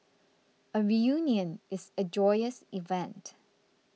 a reunion is a joyous event